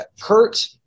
Kurt